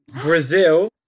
Brazil